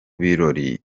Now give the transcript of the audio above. birori